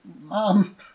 mom